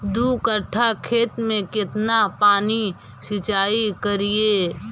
दू कट्ठा खेत में केतना पानी सीचाई करिए?